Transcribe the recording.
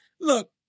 Look